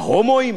בהומואים,